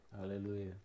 Hallelujah